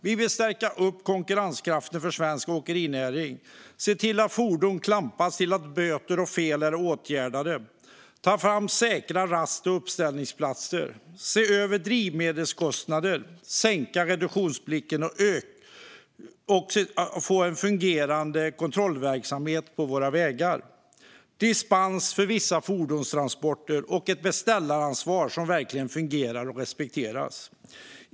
Vi vill stärka upp konkurrenskraften för svensk åkerinäring, se till att fordon klampas till dess att böter och fel är åtgärdade, ta fram säkra rast och uppställningsplatser, se över drivmedelskostnader, sänka reduktionsplikten, få till en fungerande kontrollverksamhet på våra vägar, ge dispens för vissa fordonstransporter och få till ett beställaransvar som verkligen fungerar och respekteras.